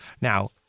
Now